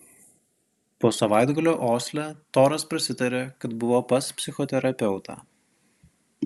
po savaitgalio osle toras prasitarė kad buvo pas psichoterapeutą